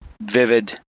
vivid